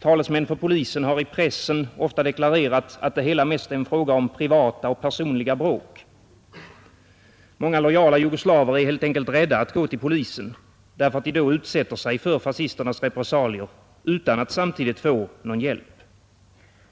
Talesmän för polisen har i pressen ofta deklarerat att det hela mest är en fråga om privata och personliga bråk. Många lojala jugoslaver är helt enkelt rädda att gå till polisen, därför att de då utsätter sig för fascisternas repressalier utan att samtidigt få någon hjälp.